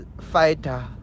fighter